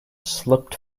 slipped